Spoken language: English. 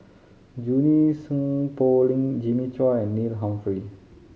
Junie Sng Poh Leng Jimmy Chua and Neil Humphreys